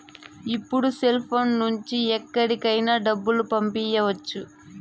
ఇప్పుడు సెల్ఫోన్ లో నుంచి ఎక్కడికైనా డబ్బులు పంపియ్యచ్చు